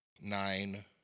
Nine